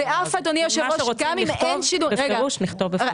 מה שרוצים לכתוב בפירוש נכתוב בפירוש.